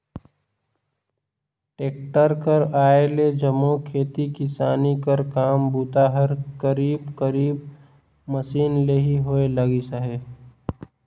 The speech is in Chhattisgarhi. टेक्टर कर आए ले जम्मो खेती किसानी कर काम बूता हर करीब करीब मसीन ले ही होए लगिस अहे